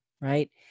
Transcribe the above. right